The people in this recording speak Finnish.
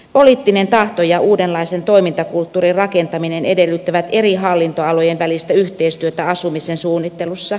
poliittinen tahto ja uudenlaisen toimintakulttuurin rakentaminen edellyttävät eri hallintoalojen välistä yhteistyötä asumisen suunnittelussa